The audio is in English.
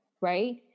right